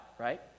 Right